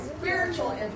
spiritual